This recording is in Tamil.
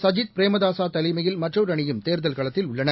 சஜித் பிரேமதாசாதலைமயில் மற்றொருஅணியும் தேர்தல் களத்தில் உள்ளன